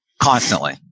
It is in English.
constantly